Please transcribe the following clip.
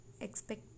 Expect